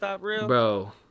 Bro